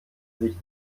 sich